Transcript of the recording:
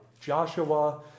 Joshua